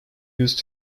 use